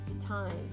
time